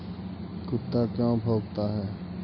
कुत्ता क्यों भौंकता है?